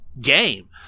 game